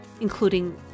including